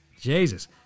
Jesus